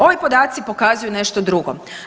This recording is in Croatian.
Ovi podaci pokazuju nešto drugo.